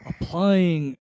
applying